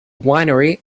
winery